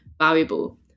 valuable